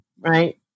right